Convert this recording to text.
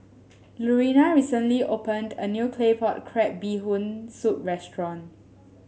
Lurena recently opened a new Claypot Crab Bee Hoon Soup restaurant